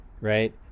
right